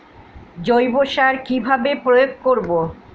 জৈব সার কি ভাবে প্রয়োগ করব?